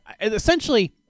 Essentially